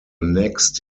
next